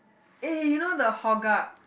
eh you know the